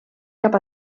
cap